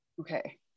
Okay